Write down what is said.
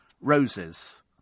roses